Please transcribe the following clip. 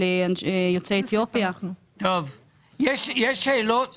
לאתיופים יש החלטת